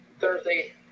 Thursday